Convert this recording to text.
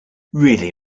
really